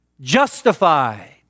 justified